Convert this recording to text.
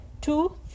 two